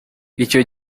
icyo